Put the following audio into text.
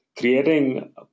Creating